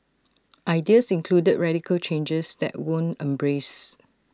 ideas included radical changes that weren't embraced